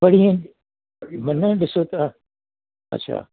परींह वञण ॾिसो था अच्छा